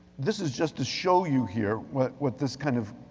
this is just to show you here what what this kind of